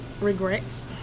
regrets